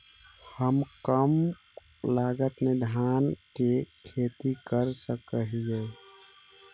हम कम लागत में धान के खेती कर सकहिय?